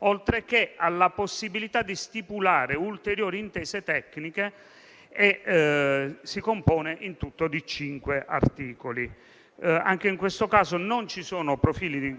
oltre che alla possibilità di stipulare ulteriori intese tecniche. Si compone in tutto di 5 articoli e, poiché anche in questo caso non ci sono profili